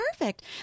perfect